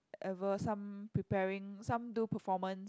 ever some preparing some do performance